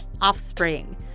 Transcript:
offspring